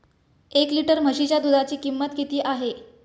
एक लिटर म्हशीच्या दुधाची किंमत किती आहे?